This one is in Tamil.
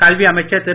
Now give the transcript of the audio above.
கல்வி அமைச்சர் திரு